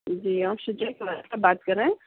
جی آپ شجاع کے والد صاحب بات کر رہے ہیں